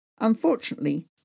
Unfortunately